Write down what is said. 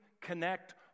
connect